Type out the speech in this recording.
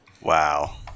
Wow